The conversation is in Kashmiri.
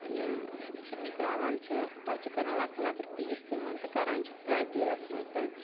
یِم چھِ نِکراوان چھِ پَتہٕ چھِ کَران لَۄکٕٹۍ لَۄکٕٹۍ پیٖس تِمَن تہٕ کَران چھِ فراے تیٖلَس مَنٛز تہٕ